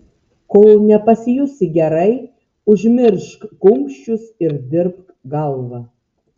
kol nepasijusi gerai užmiršk kumščius ir dirbk galva